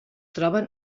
troben